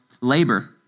labor